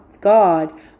God